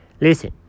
Listen